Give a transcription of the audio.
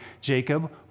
Jacob